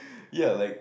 ya like